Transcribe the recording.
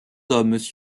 hommes